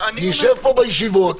תשב פה בישיבות,